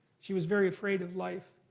she was very afraid of life,